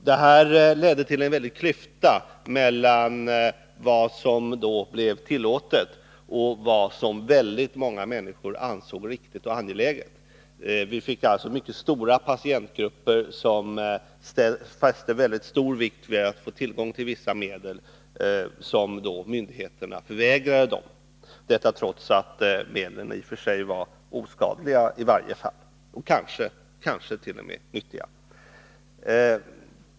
Detta ledde till en klyfta mellan vad som blev tillåtet och vad som många människor ansåg riktigt och angeläget. Det fanns alltså mycket stora patientgrupper som fäste betydande vikt vid att få tillgång till vissa medel som myndigheterna då förvägrade dem, trots att medlen i och för sig var i varje fall oskadliga och kanske t.o.m. nyttiga.